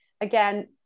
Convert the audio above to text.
again